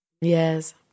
Yes